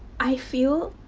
i feel.